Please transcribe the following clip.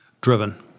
Driven